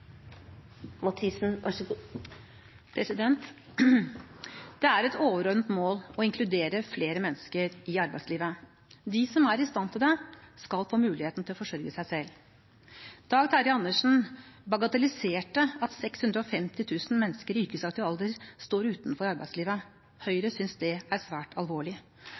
regjeringa jobber så intenst med å få til en endring på det. Det er et overordnet mål å inkludere flere mennesker i arbeidslivet. De som er i stand til det, skal få muligheten til å forsørge seg selv. Dag Terje Andersen bagatelliserte at 650 000 mennesker i yrkesaktiv alder står utenfor arbeidslivet. Høyre synes det er svært